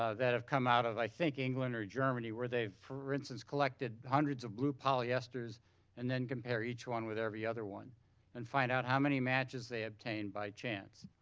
that have come out of i think england or germany were they've, for instance, collected hundreds of blue polyesters and then compare each one with every other one and find out how many matches they obtained by chance.